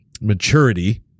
maturity